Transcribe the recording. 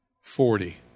forty